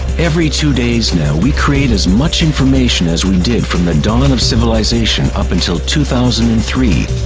every two days now we create as much information as we did from the dawn and of civilization up until two thousand and three,